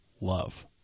love